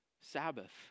Sabbath